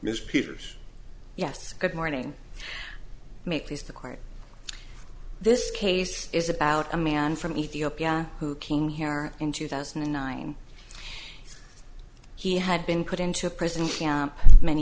peters yes good morning make this the court this case is about a man from ethiopia who came here in two thousand and nine he had been put into a prison camp many